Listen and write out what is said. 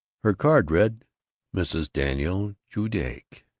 her card read mrs. daniel judique.